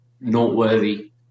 noteworthy